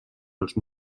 els